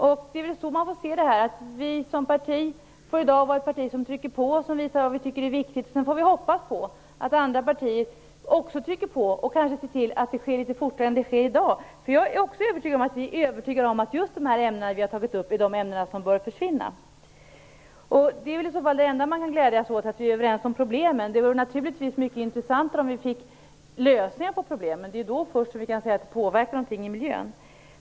Man får väl se detta på det viset att vi som parti i dag får vara ett parti som trycker på och som visar på det som vi tycker är viktigt. Sedan får vi hoppas att andra partier också trycker på och kanske ser till att saker sker litet fortare än som i dag är fallet. Jag är också säker på att vi är övertygade om att just de ämnen som här tagits upp är de ämnen som bör försvinna. Det enda som vi alltså kan glädja oss åt är att vi är överens om problemen, men det vore naturligtvis mycket intressantare om vi också fick lösningar på problemen. Det är först då som vi kan säga att miljön påverkas.